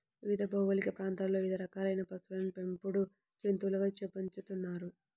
వివిధ భౌగోళిక ప్రాంతాలలో వివిధ రకాలైన పశువులను పెంపుడు జంతువులుగా పెంచుతున్నారు